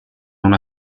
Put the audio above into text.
non